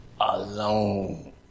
alone